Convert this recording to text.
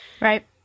Right